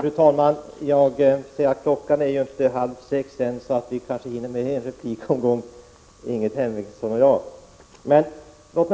Fru talman! Jag ser att klockan ännu inte är halv sex, så Ingrid Hemmingsson och jag kanske hinner med en replikomgång. Moderaterna